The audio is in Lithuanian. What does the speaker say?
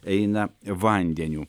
eina vandeniu